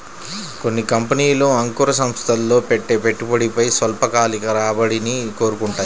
కొన్ని కంపెనీలు అంకుర సంస్థల్లో పెట్టే పెట్టుబడిపై స్వల్పకాలిక రాబడిని కోరుకుంటాయి